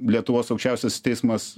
lietuvos aukščiausiasis teismas